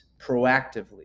proactively